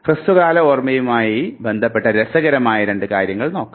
ഹ്രസ്വകാല ഓർമ്മയുമായി ബന്ധപ്പെട്ട രസകരമായ രണ്ട് കാര്യങ്ങൾ നോക്കാം